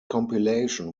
compilation